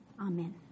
Amen